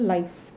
Life